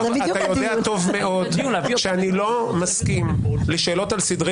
אתה יודע טוב מאוד שאני לא מסכים לשאלות על סדרי